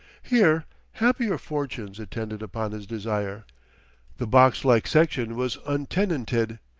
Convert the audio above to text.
here happier fortune attended upon his desire the box-like section was untenanted,